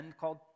called